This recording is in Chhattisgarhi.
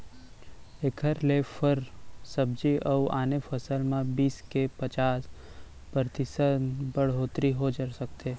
एखर ले फर, सब्जी अउ आने फसल म बीस ले पचास परतिसत बड़होत्तरी हो सकथे